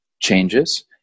changes